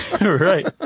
Right